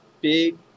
big